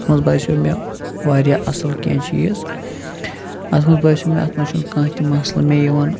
تتھ منٛز باسیٚو مےٚ واریاہ اَصٕل کینٛہہ چیٖز اتھ منٛز باسیٚو مےٚ اتھ منٛز چھُنہٕ کانٛہہ تہِ مسلہٕ مےٚ یِوان